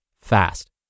fast